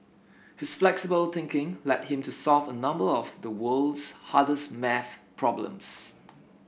his flexible thinking led him to solve a number of the world's hardest maths problems